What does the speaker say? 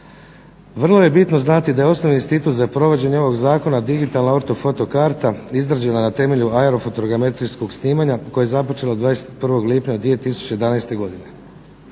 Vrlo je bitno znati da je osnovan institut za provođenje ovog zakona, digitalna ortofoto karta izrađena na temelju aerofotogrametrijskog snimanja koje je započelo 21. lipnja 2011. godine.